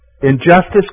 Injustice